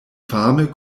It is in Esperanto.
fame